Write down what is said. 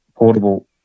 portable